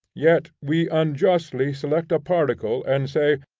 yet we unjustly select a particle, and say,